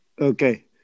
Okay